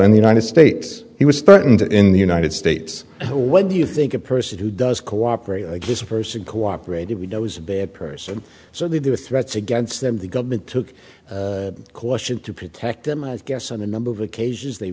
in the united states he was threatened in the united states what do you think a person who does cooperate against a person cooperative we know is a bad person so they do the threats against them the government took caution to protect them i guess on a number of occasions they